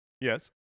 yes